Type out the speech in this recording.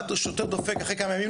בא שוטר דופק אחרי כמה ימים,